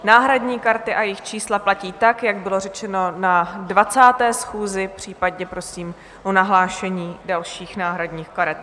Náhradní karty a jejich čísla platí tak, jak bylo řečeno na 20. schůzi, případně prosím o nahlášení dalších náhradních karet.